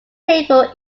table